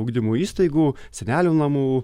ugdymo įstaigų senelių namų